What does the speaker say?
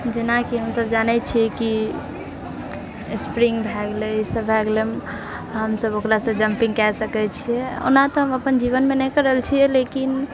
जेनाकि हमसभ जानै छियै कि स्प्रिङ्ग भए गेलै ई सभ भए गेलै हमसभ ओकरासँ जम्पिङ्ग कए सकैत छिऐ ओना तऽ हम अपना जीवनमे नहि करल छियै लेकिन